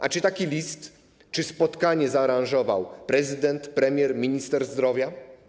A czy taki list lub spotkanie zaaranżował prezydent, premier, minister zdrowia?